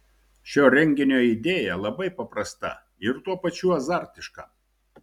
šio renginio idėja labai paprasta ir tuo pačiu azartiška